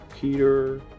Peter